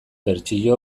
bertsio